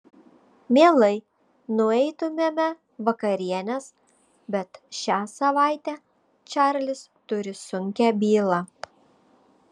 mielai nueitumėme vakarienės bet šią savaitę čarlis turi sunkią bylą